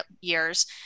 years